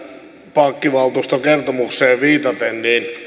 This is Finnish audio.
pankkivaltuuston kertomukseen viitaten